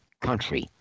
country